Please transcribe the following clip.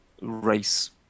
race